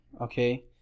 okay